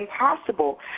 impossible